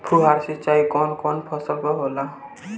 फुहार सिंचाई कवन कवन फ़सल पर होला?